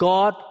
God